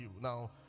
Now